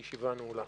הישיבה נעולה.